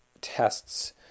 tests